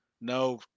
No